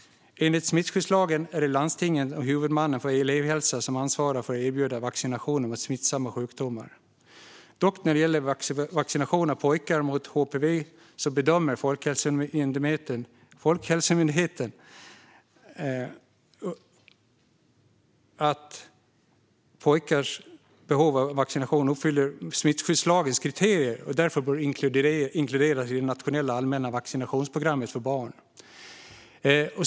Enligt smittskyddslagen är det landstinget och huvudmannen för elevhälsan som ansvarar för att erbjuda vaccinationer mot smittsamma sjukdomar. När det gäller vaccination av pojkar mot HPV bedömer Folkhälsomyndigheten att smittskyddslagens kriterier uppfylls, och därför bör de inkluderas i det nationella allmänna vaccinationsprogrammet för barn.